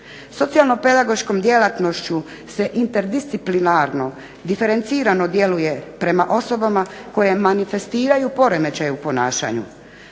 Socijalno-pedagoškom djelatnošću se interdisciplinarno diferencirano djeluje prema osobama koje manifestiraju poremećaj u ponašanju.